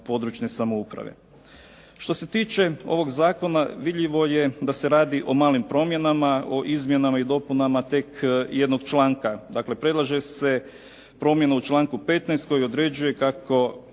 područne samouprave. Što se tiče ovog zakona vidljivo je da se radi o malim promjenama, o izmjenama i dopunama tek jednog članka. Dakle, predlaže se promjena u članku 15. koji određuje koliko